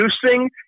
producing